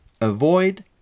avoid